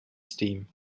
steam